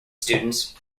students